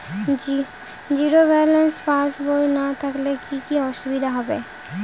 Zero balance পাসবই না থাকলে কি কী অসুবিধা হবে?